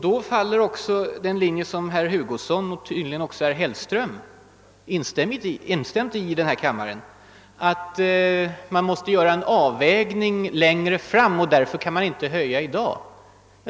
Då faller också den ståndpunkt som herr Hugosson och tydligen även herr Hellström intar, att man måste göra en avvägning längre fram och därför inte kan höja ersättningen i dag.